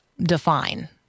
define